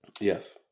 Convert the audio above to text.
Yes